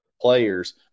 players –